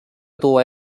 tuua